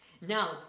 Now